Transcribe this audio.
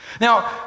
Now